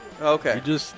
Okay